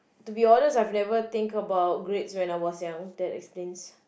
to be honest I have never think about grades when I was young that explains